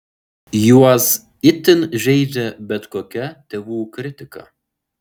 juos itin žeidžia bet kokia tėvų kritika